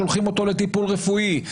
שולחים אותו לטיפול רפואי,